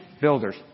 builders